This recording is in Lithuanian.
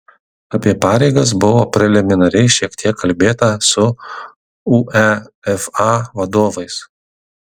apie pareigas buvo preliminariai šiek tiek kalbėta su uefa vadovais